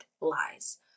lies